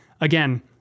again